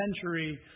century